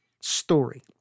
story